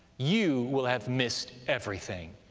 you will have missed everything.